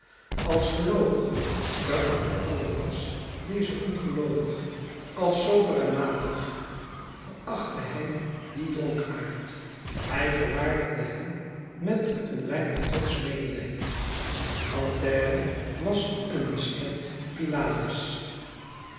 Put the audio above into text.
als geloovige verachtte enjolras dezen ongeloovige als sober en matig verachtte hij dien dronkaard hij verwaardigde hem met een weinig trotsch medelijden grantaire was een miskend pylades